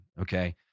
Okay